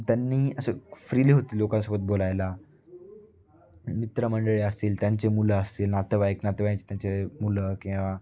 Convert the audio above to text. त्यांनी असं फ्रीली होते लोकांसोबत बोलायला मित्रमंडळी असतील त्यांचे मुलं असतील नातेवाईक नातेवाईकाचे त्यांचे मुलं किंवा